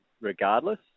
regardless